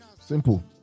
simple